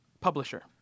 Publisher